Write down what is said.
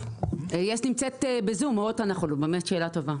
יס נמצאת בזום, הוט זו באמת שאלה טובה.